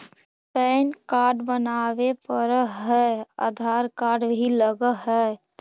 Pan card बनावे पडय है आधार कार्ड भी लगहै?